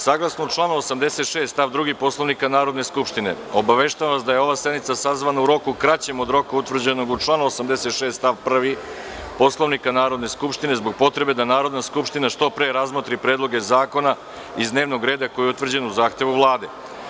Saglasno članu 86. stav 2. Poslovnika Narodne skupštine obaveštavam vas da je ova sednica sazvana u roku kraćem od roka utvrđenog u članu 86. stav 1. Poslovnika Narodne skupštine, zbog potrebe da Narodna skupština što pre razmotri predloge zakona iz dnevnog reda koji je utvrđen u zahtevu Vlade.